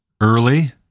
early